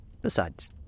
Besides